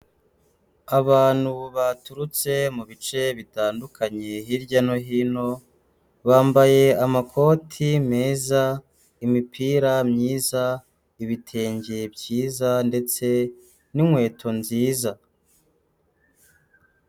Abantu baturutse mu bice bitandukanye hirya no hino, bambaye amakoti meza, imipira myiza, ibitenge byiza ndetse n'inkweto nziza.